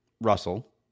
Russell